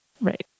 Right